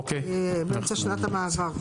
באמצע שנת המעבר.